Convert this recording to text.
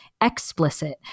explicit